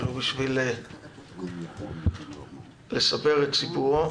ולו בשביל לספר את סיפורו,